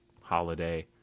holiday